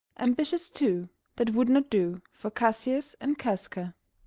ambitious, too that would not do for cassius and casca.